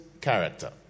character